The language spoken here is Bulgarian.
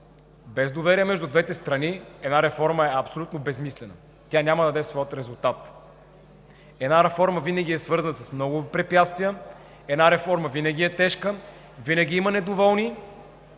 без доверие между двете страни една реформа е абсолютно безсмислена, тя няма да даде своя резултат. Реформата винаги е свързана с много препятствия, винаги е тежка, винаги има недоволни.